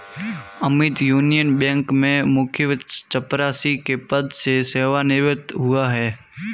Amit Union Bank में मुख्य चपरासी के पद से सेवानिवृत हुआ है